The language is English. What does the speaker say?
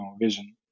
vision